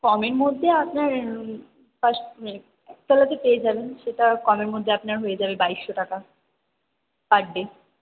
কমের মধ্যে আপনার ফার্স্ট তলাতে পেয়ে যাবেন সেটা কমের মধ্যে আপনার হয়ে যাবে বাইশশো টাকা পার ডে